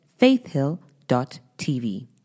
faithhill.tv